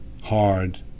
hard